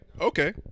Okay